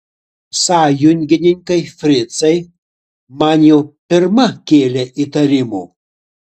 sąjungininkai fricai man jau pirma kėlė įtarimų